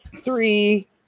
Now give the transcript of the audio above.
three